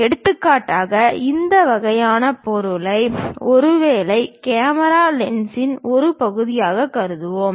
எடுத்துக்காட்டாக இந்த வகையான பொருளை ஒருவேளை கேமரா லென்ஸின் ஒரு பகுதியாகக் கருதுவோம்